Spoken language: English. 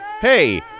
Hey